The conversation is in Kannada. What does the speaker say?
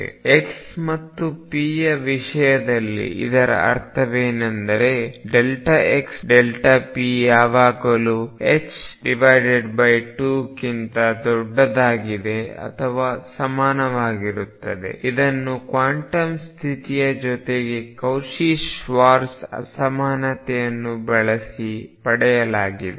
ಮತ್ತು x ಮತ್ತು p ಯ ವಿಷಯದಲ್ಲಿ ಇದರ ಅರ್ಥವೇನೆಂದರೆxp ಯಾವಾಗಲೂ 2 ಕ್ಕಿಂತ ದೊಡ್ಡದಾಗಿದೆ ಅಥವಾ ಸಮನಾಗಿರುತ್ತದೆ ಇದನ್ನು ಕ್ವಾಂಟಮ್ ಸ್ಥಿತಿಯ ಜೊತೆಗೆ ಕೌಚಿ ಶ್ವಾರ್ಜ್ ಅಸಮಾನತೆಯನ್ನು ಬಳಸಿ ಪಡೆಯಲಾಗಿದೆ